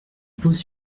pose